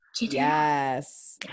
yes